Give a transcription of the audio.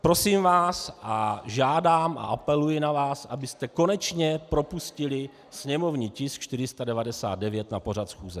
Prosím vás a žádám a apeluji na vás, abyste konečně propustili sněmovní tisk 499 na pořad schůze.